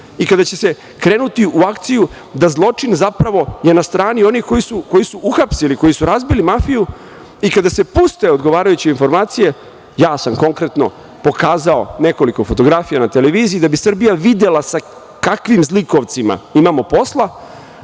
i kada će se krenuti u akciju da zločin, zapravo je na strani onih koji su uhapsili, koji su razbili mafiju i kada se puste odgovarajuće informacije, ja sam konkretno pokazao nekoliko fotografija na televiziji da bi Srbija videla sa kakvim zlikovcima imamo posla,